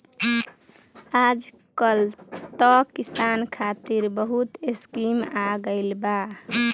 आजकल त किसान खतिर बहुत स्कीम आ गइल बा